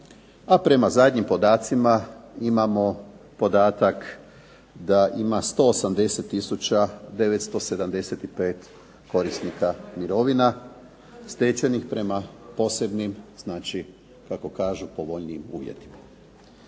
A prema zadnjim podacima imamo podatak da ima 180 tisuća 975 korisnika mirovina stečenih prema posebnim znači kako kažu povoljnijim uvjetima.